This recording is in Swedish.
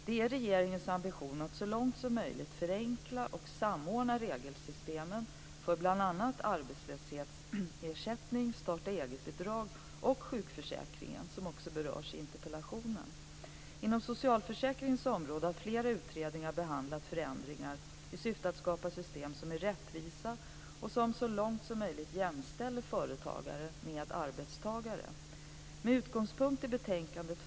Det är regeringens ambition att så långt som möjligt förenkla och samordna regelsystemen för bl.a. Inom socialförsäkringens område har flera utredningar behandlat förändringar i syfte att skapa system som är rättvisa och som så långt som möjligt jämställer företagare med arbetstagare.